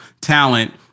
talent